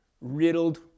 riddled